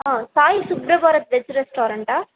ஆ Sai Suprabharat veg ரெஸ்டாரண்ட்டா